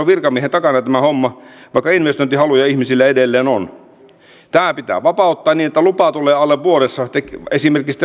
virkamiehen takana tämä homma vaikka investointihaluja ihmisillä edelleen on tämä pitää vapauttaa niin että lupa tulee alle vuodessa esimerkiksi